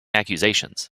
accusations